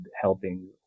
helping